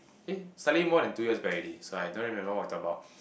eh suddenly more than two years back already so I don't really remember what we talk about